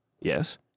Yes